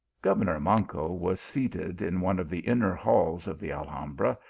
governor manco was seated in one of the inner halls of the alhambra,